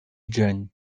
dzień